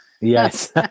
Yes